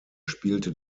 spielte